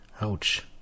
Ouch